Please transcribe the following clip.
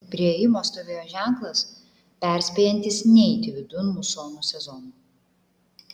prie įėjimo stovėjo ženklas perspėjantis neiti vidun musonų sezonu